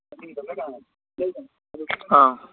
ꯑꯥ